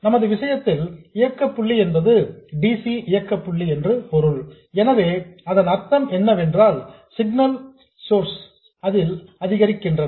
நமது விஷயத்தில் இயக்க புள்ளி என்பது d c இயக்க புள்ளி என்று பொருள் எனவே இதன் அர்த்தம் என்னவென்றால் சிக்னல் சோர்சஸ் நமது சர்க்யூட் ல் அதிகரிக்கின்றன